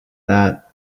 that